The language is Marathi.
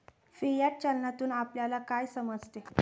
फियाट चलनातून आपल्याला काय समजते?